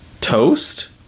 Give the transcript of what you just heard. Toast